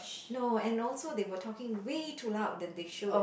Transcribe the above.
no and also they were talking way too loud than they should